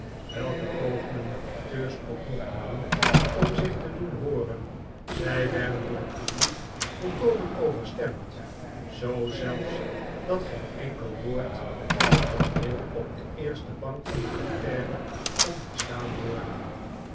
welke pogingen de acteurs ook mochten doen om zich te doen hooren zij werden door het publiek volkomen overstemd zoo zelfs dat geen enkel woord van het tooneel op de eerste bank van het parterre kon verstaan worden